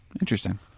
Interesting